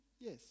Yes